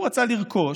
הוא רצה לרכוש